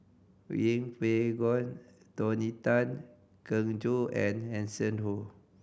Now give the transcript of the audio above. Yeng Pway Ngon Tony Tan Keng Joo and Hanson Ho